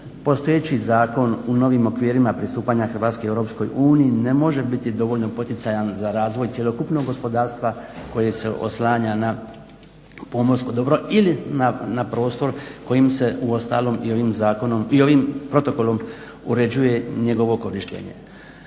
postojeći zakon u novim okvirima pristupanja Hrvatske Europskoj uniji ne može biti dovoljno poticajan za razvoj cjelokupnog gospodarstva koje se oslanja na pomorsko dobro ili na prostor kojim se uostalom i ovim protokolom uređuje njegovo korištenje.